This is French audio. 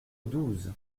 douze